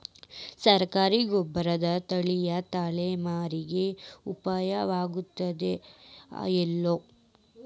ಸರ್ಕಾರಿ ಗೊಬ್ಬರ ನಾಳಿನ ತಲೆಮಾರಿಗೆ ಉಪಯೋಗ ಆಗತೈತೋ, ಇಲ್ಲೋ?